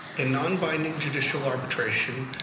in non-binding judicial arbitration,